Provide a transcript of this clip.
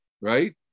Right